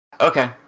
Okay